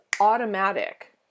automatic